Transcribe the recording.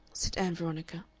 said ann veronica.